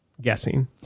guessing